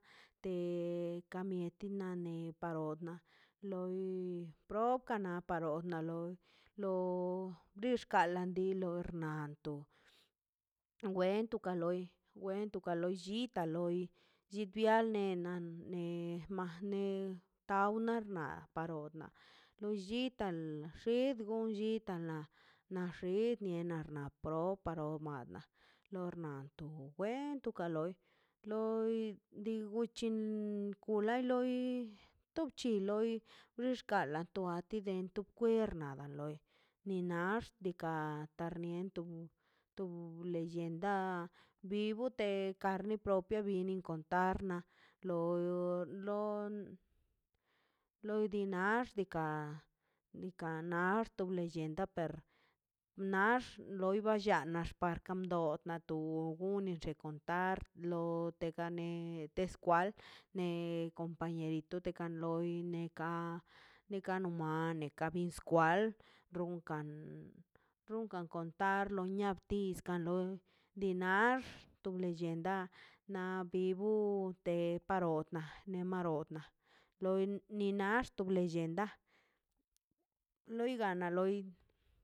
Te kamieti na ne parod na loi procana parod na loi lo brixkala andi lor na to wen tu ka loi wen tu ka loi lli ka loi chibial ne na nemajne tawne nar a rot na lo llital xid na gon chital na na xid ni benan na pro papro nad lor nanto wen tu kaloi loi di guc̱hin mkula loi to bc̱hi loi wxi xkala tua ti dento kwernada loi ni naxtikan atar nienton tob lellenda vivo de karne propia binen contarnaꞌ lo lo loi di naxtikan diika naxt lellenda per nax loi ballana xparkandot na a tu guni na contar lo tegane tes kwal ne compañerito te kan loi bine ka neka no mai leka iskwal ronkan runkan kontar loi niab tikan loi dinax to to lellenda na bibo de parodna na marodna loi ni nax lellenda loi gana loi